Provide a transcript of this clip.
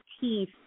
teeth